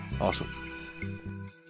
Awesome